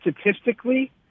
statistically